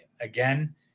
again